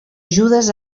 judes